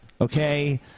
okay